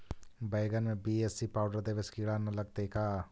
बैगन में BAC powder देबे से किड़ा न लगतै का?